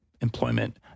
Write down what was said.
employment